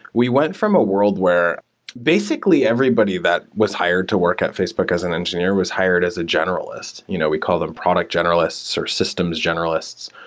we went from a wor ld where basically everybody that was hired to work at facebook as an engineer was hired as a general ist. you know we call them product general ists or systems general ists.